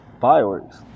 Fireworks